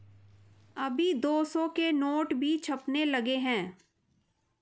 अभी दो सौ के नोट भी छपने लगे हैं